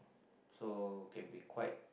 so can be quite